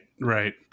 right